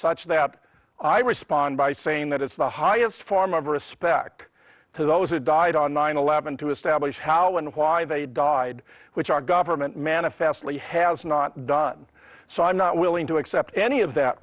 such that i respond by saying that it's the highest form of respect to those who died on nine eleven to establish how and why they died which our government manifestly has not done so i'm not willing to accept any of that